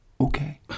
Okay